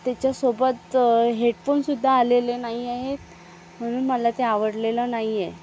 त्याच्यासोबत हेडफोनसुद्धा आलेलं नाही आहेत म्हणून मला ते आवडलेलं नाही आहे